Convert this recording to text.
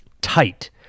tight